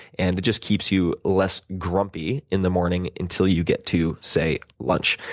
and it just keeps you less grumpy in the morning until you get to, say, lunch.